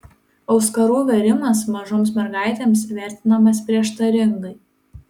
auskarų vėrimas mažoms mergaitėms vertinamas prieštaringai